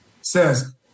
says